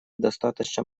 достаточно